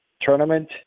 tournament